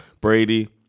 Brady